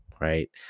right